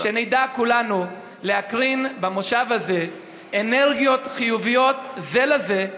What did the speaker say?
שנדע כולנו להקרין במושב הזה אנרגיות חיוביות זה לזה,